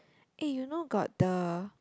eh you know got the